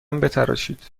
بتراشید